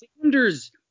Sanders